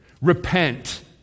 Repent